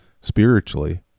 spiritually